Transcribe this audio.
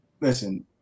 listen